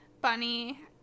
Bunny